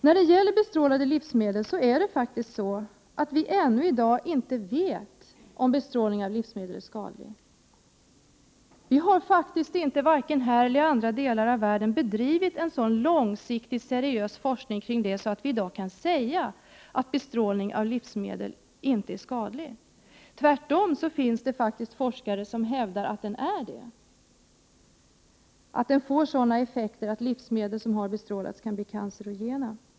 När det gäller bestrålade livsmedel är det faktiskt så, att vi än i dag inte vet om bestrålning av livsmedel är skadlig. Det har faktiskt varken här eller i andra delar av världen bedrivits en så långsiktig och seriös forskning att vi i dag kan säga att bestrålning av livsmedel inte är skadlig. Tvärtom finns det faktiskt forskare som hävdar att bestrålningen är farlig, att livsmedel som har bestrålats kan bli cancerogena.